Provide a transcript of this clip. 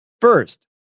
First